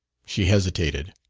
she hesitated.